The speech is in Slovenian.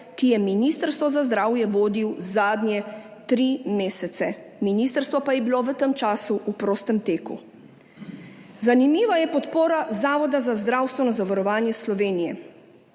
ki je Ministrstvo za zdravje vodil zadnje tri mesece, ministrstvo pa je bilo v tem času v prostem teku. Zanimiva je podpora Zavoda za zdravstveno zavarovanje Slovenije,